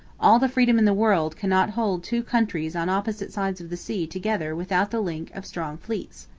all the freedom in the world cannot hold two countries on opposite sides of the sea together without the link of strong fleets.